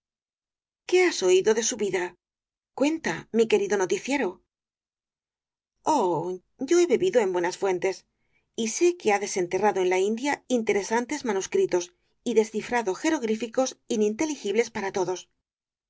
qué has oído de su vida cuenta mi querido noticiero oh yo he bebido en buenas fuentes y sé que ha desenterrado en la india interesantes manuscritos y descifrado jeroglíficos ininteligibles para todos